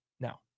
Now